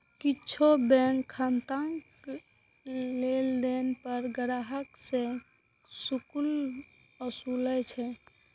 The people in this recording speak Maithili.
किछु बैंक खाताक लेनदेन पर ग्राहक सं शुल्क वसूलै छै